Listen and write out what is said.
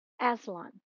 Aslan